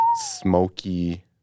smoky